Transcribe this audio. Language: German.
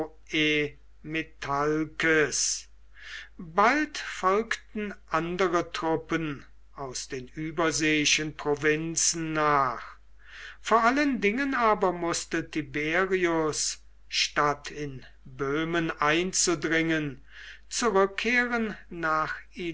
bald folgten andere truppen aus den überseeischen provinzen nach vor allen dingen aber mußte tiberius statt in böhmen einzudringen zurückkehren nach